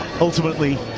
ultimately